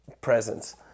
presence